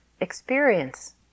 experience